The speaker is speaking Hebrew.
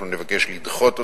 אנחנו נבקש לדחות אותן,